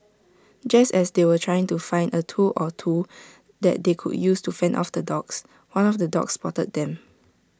just as they were trying to find A tool or two that they could use to fend off the dogs one of the dogs spotted them